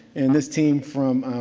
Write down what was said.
and this team from